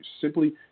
simply